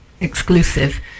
exclusive